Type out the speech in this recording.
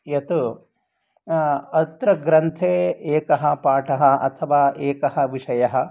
यत् अत्र ग्रन्थे एकः पाठः अथवा एकः विषयः